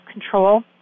control